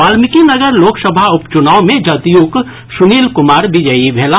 बाल्मिकी नगर लोकसभा उप चुनाव मे जदयूक सुनील कुमार विजयी भेलाह